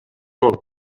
molt